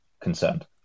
concerned